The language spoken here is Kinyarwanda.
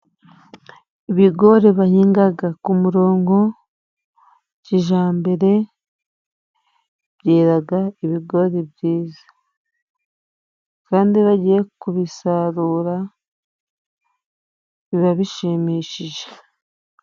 Ibigori bahinga ku murongo, kijyambere, byera ibigori byiza, kandi iyo bagiye kubisarura, biba bishimishije.